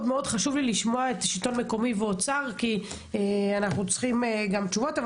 חשוב לי לשמוע את השלטון המקומי והאוצר כי אנחנו צריכים גם תשובות,